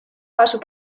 asub